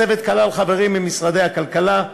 הצוות כלל חברים ממשרדי הכלכלה,